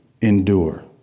endure